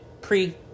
pre